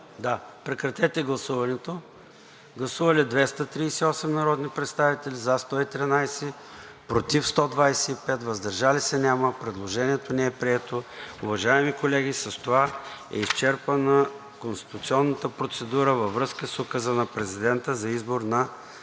на министър-председател. Гласували 238 народни представители: за 113, против 125, въздържали се няма. Предложението не е прието. Уважаеми колеги, с това е изчерпана конституционната процедура във връзка с Указа на Президента за избор на